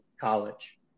college